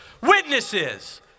witnesses